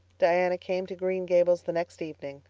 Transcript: diana came to green gables the next evening,